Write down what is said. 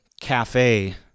cafe